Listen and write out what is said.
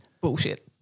Bullshit